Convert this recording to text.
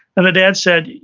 and the dad said,